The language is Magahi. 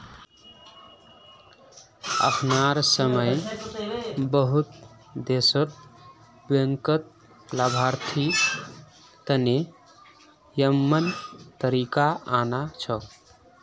अखनार समय बहुत देशत बैंकत लाभार्थी तने यममन तरीका आना छोक